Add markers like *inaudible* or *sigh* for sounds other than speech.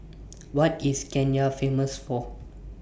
*noise* What IS Kenya Famous For